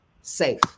safe